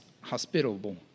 hospitable